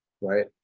right